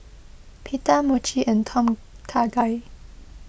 Pita Mochi and Tom Kha Gai